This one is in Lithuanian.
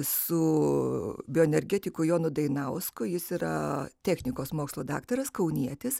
su bioenergetiku jonu dainausku jis yra technikos mokslų daktaras kaunietis